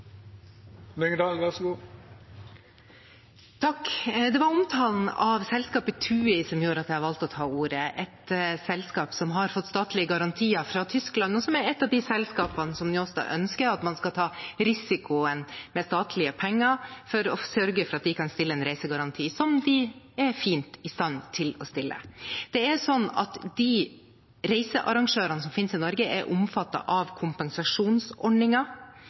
var omtalen av selskapet TUI som gjorde at jeg valgte å ta ordet, et selskap som har fått statlige garantier fra Tyskland, og som er et av de selskapene som Njåstad ønsker at man skal ta risikoen for, med statlige penger, for å sørge for at de kan stille en reisegaranti som de selv er fint i stand til å stille. Det er sånn at de reisearrangørene som fins i Norge, er omfattet av